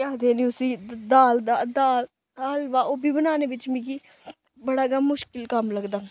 केह् आखदे नी उस्सी द दाल दा दाल दा हलबा ओह् बी बनाने बिच्च मिगी बड़ा गै मुश्कल कम्म लगदा